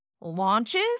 launches